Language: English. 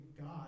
God